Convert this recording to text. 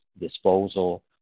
disposal